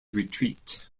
retreat